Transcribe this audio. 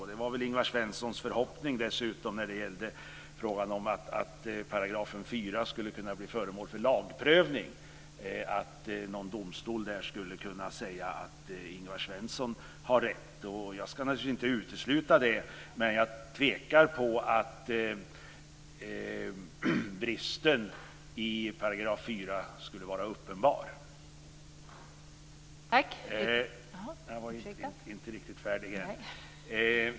När det gällde frågan om att 4 § skulle kunna bli föremål för lagprövning var det väl dessutom Ingvar Svenssons förhoppning att någon domstol skulle kunna säga att Ingvar Svensson har rätt. Jag ska naturligtvis inte utesluta det. Men jag är tveksam till att bristen i 4 § skulle vara uppenbar.